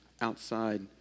outside